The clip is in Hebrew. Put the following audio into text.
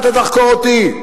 אתה תחקור אותי.